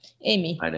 Amy